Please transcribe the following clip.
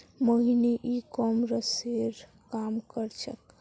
मोहिनी ई कॉमर्सेर काम कर छेक्